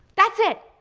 that's it.